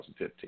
2015